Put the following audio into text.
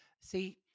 See